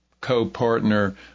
co-partner